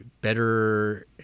better